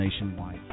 nationwide